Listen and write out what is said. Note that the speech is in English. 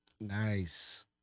Nice